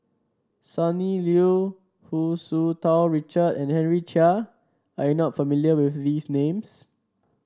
Sonny Liew Hu Tsu Tau Richard and Henry Chia are you not familiar with these names